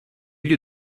you